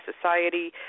society